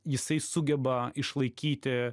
jisai sugeba išlaikyti